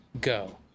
go